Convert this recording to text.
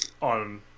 on